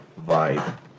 vibe